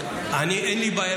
--- אני, אין לי בעיה.